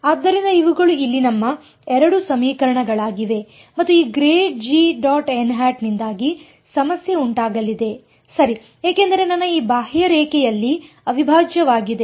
ಆದ್ದರಿಂದ ಇವುಗಳು ಇಲ್ಲಿ ನಮ್ಮ ಎರಡು ಸಮೀಕರಣಗಳಾಗಿವೆ ಮತ್ತು ಈ grad G dot N hat ಯಿಂದಾಗಿ ಸಮಸ್ಯೆ ಉಂಟಾಗಲಿದೆ ಸರಿ ಏಕೆಂದರೆ ನನ್ನ ಈ ಬಾಹ್ಯರೇಖೆಯಲ್ಲಿ ಅವಿಭಾಜ್ಯವಾಗಿದೆ